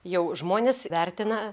jau žmonės vertina